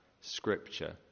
scripture